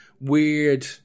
weird